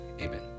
Amen